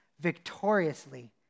victoriously